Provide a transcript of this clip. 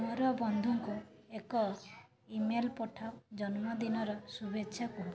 ମୋର ବନ୍ଧୁଙ୍କୁ ଏକ ଇମେଲ୍ ପଠାଅ ଜନ୍ମଦିନର ଶୁଭେଚ୍ଛା କୁହ